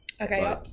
Okay